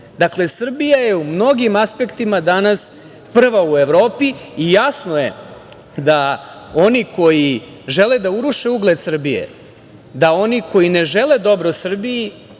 6%.Dakle, Srbija je u mnogim aspektima danas prva u Evropi i jasno je da oni koji žele da uruše ugled Srbije, da oni koji ne žele dobro Srbiji,